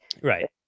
right